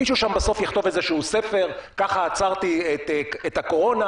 מישהו שם בסוף יכתוב איזשהו ספר "ככה עצרתי את הקורונה",